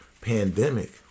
pandemic